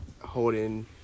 holding